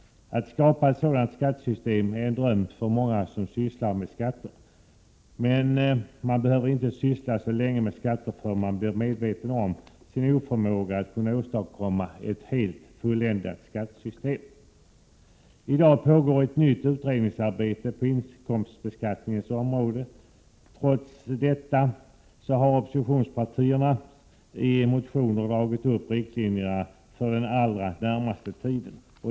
Att skapa ett sådant skattesystem är en dröm för många som sysslar med skatter. Men man behöver inte syssla så länge med skatter förrän man blir medveten om sin oförmåga att åstadkomma ett helt fulländat skattesystem. I dag pågår ett nytt utredningsarbete på inkomstbeskattningens område. Trots detta har oppositionspartierna i motioner dragit upp riktlinjer för den allra närmaste tiden.